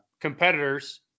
competitors